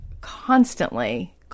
constantly